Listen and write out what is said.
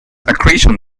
accretion